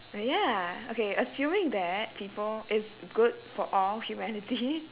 oh ya okay assuming that people it's good for all humanity